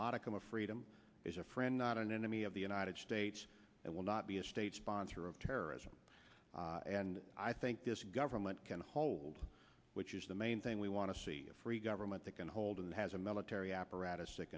modicum of freedom is a friend not an enemy of the united states and will not be a state sponsor of terrorism and i think this government can hold which is the main thing we want to see a free government that can hold and has a military apparatus